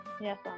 Yes